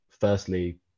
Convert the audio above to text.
firstly